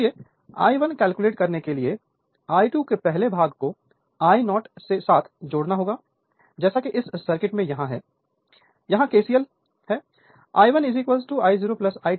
इसलिए I1 calculate करने के लिए I2 के पहले भाग को I0 के साथ जोड़ना होगा जैसा कि इस सर्किट में यहाँ है यहाँ KCL I1 I0 I2 apply करें